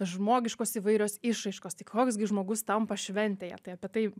žmogiškos įvairios išraiškos tai koks gi žmogus tampa šventėje tai apie tai